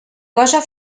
cosa